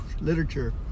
literature